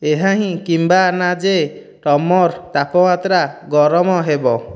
ଏହା ହିଁ କିମ୍ବା ନା ଯେ ତାପମାତ୍ରା ଗରମ ହେବ